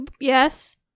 Yes